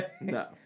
No